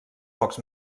pocs